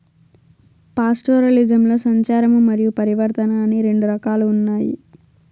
పాస్టోరలిజంలో సంచారము మరియు పరివర్తన అని రెండు రకాలు ఉన్నాయి